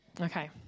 Okay